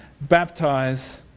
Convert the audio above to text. baptize